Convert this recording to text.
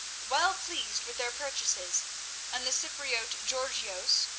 well pleased with their purchases and the cypriote georgios,